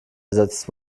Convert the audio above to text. ersetzt